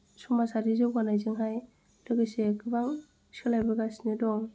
समाजारि जौगानायजोंहाय लोगोसे गोबां सोलायबोगासिनो दं